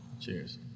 cheers